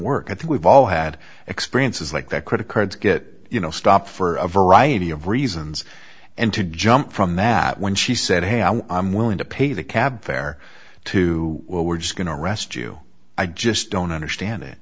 work i think we've all had experiences like that credit cards get you know stopped for a variety of reasons and to jump from that when she said hey i'm willing to pay the cab fare too well we're just going to arrest you i just don't understand it